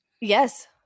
Yes